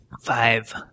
Five